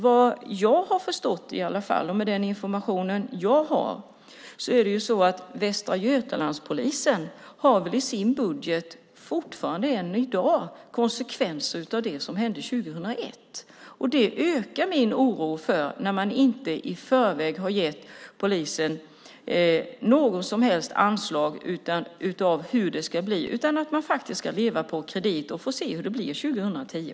Vad jag har förstått, med den information jag har, har polisen i Västra Götaland än i dag konsekvenser av det som hände år 2001. Det ökar min oro när man inte i förväg har gett polisen något som helst anslag och talar om hur det ska bli. Man ska leva på kredit och får se hur det blir år 2010.